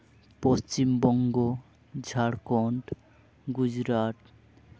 Paschimbanga Jharkhand Gujarat